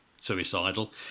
suicidal